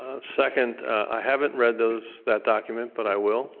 ah second, i haven't read those that document, but i will.